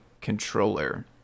controller